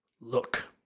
Look